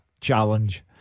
challenge